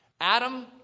Adam